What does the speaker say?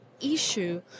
issue